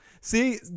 See